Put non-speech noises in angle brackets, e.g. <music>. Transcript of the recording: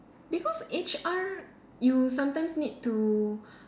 because H_R you sometimes need to <breath>